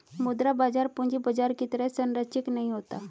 मुद्रा बाजार पूंजी बाजार की तरह सरंचिक नहीं होता